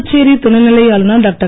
புதுச்சேரி துணைநிலை ஆளுனர் டாக்டர்